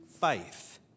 faith